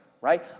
right